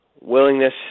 Willingness